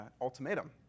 ultimatum